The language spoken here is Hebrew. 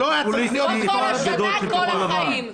לא רק כל השנה אלא כל החיים.